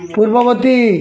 ପୂର୍ବବର୍ତ୍ତୀ